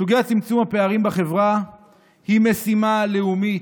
סוגיית צמצום הפערים בחברה היא משימת לאומית.